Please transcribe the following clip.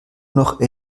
noch